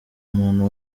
muntu